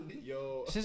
Yo